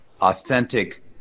authentic